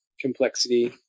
complexity